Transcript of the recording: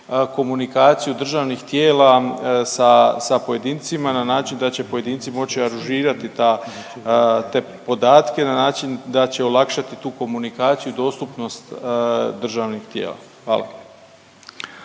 komunikaciju državnih tijela sa pojedincima na način da će pojedinci moći aružirati ta, te podatke na način da će olakšati ti komunikaciju, dostupnost državnih tijela. Hvala.